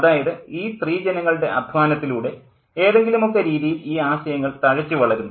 അതായത് ഈ സ്ത്രീജനങ്ങളുടെ അദ്ധ്വാനത്തിലൂടെ ഏതെങ്കിലുമൊക്കെ രീതിയിൽ ഈ ആശയങ്ങൾ തഴച്ചു വളരുന്നു